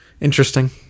interesting